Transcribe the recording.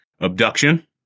abduction